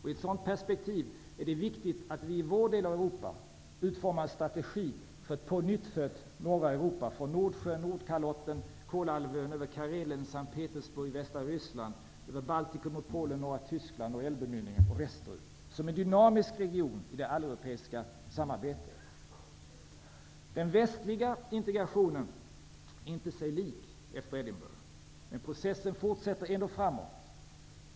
I ett sådant perspektiv är det viktigt att vi i vår del av Europa utformar en strategi för ett pånyttfött norra Europa -- som sträcker sig över Nordsjön, som en dynamisk region i det alleuropeiska samarbetet. Den västliga integrationen är inte sig lik efter Edinburgh, men processen fortsätter ändå framåt.